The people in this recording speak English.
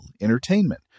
entertainment